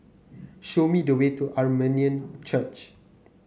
show me the way to Armenian Church